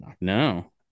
no